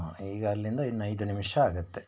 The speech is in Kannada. ಈಗ ಅಲ್ಲಿಂದ ಇನ್ನೈದು ನಿಮಿಷ ಆಗತ್ತೆ